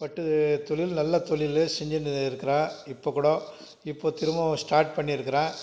பட்டு தொழில் நல்ல தொழிலு செஞ்சுன்னு இருக்கிறேன் இப்போ கூட இப்போ திரும்பவும் ஸ்டார்ட் பண்ணிருக்கிறேன்